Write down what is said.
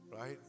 Right